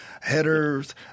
Headers